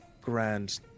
Grand